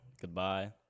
goodbye